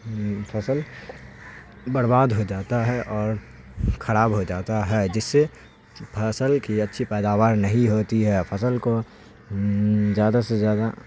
فصل برباد ہو جاتا ہے اور خراب ہو جاتا ہے جس سے فصل کی اچھی پیداوار نہیں ہوتی ہے فصل کو زیادہ سے زیادہ